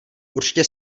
určitě